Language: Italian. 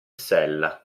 sella